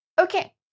Okay